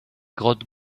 grottes